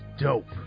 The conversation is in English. dope